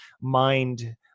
mind